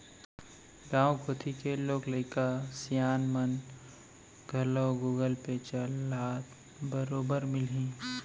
गॉंव कोती के लोग लइका सियान मन घलौ गुगल पे चलात बरोबर मिलहीं